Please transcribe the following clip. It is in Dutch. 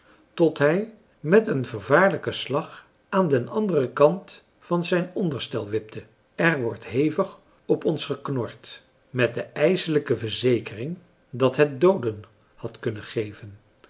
tot hij met een vervaarlijken slag aan den anderen kant van zijn onderstel wipte er wordt hevig op ons geknord met de ijselijke verzekering dat het dooden had kunnen geven